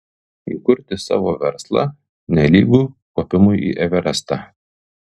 įkurti savo verslą nelygu kopimui į everestą